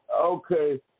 okay